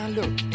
look